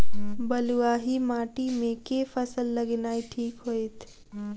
बलुआही माटि मे केँ फसल लगेनाइ नीक होइत?